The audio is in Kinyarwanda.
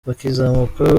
bakizamuka